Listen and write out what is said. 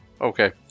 Okay